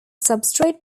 substrate